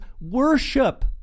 Worship